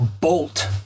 bolt